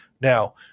Now